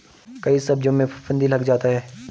कई सब्जियों में फफूंदी लग जाता है